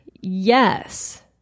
yes